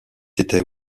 était